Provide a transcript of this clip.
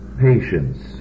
patience